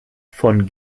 von